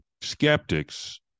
skeptics